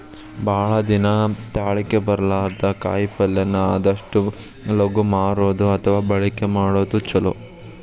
ಭಾಳ ದಿನಾ ತಾಳಕಿ ಬರ್ಲಾರದ ಕಾಯಿಪಲ್ಲೆನ ಆದಷ್ಟ ಲಗು ಮಾರುದು ಅಥವಾ ಬಳಕಿ ಮಾಡುದು ಚುಲೊ